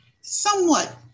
somewhat